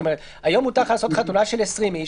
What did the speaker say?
היום מותר לך לעשות חתונה של 20 איש,